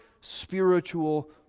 spiritual